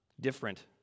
different